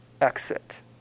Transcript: exit